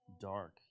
Dark